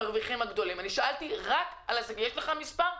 האם יש לך מספר?